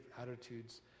attitudes